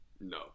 No